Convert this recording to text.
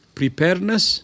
preparedness